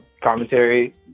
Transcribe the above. commentary